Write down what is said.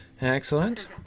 excellent